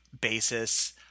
basis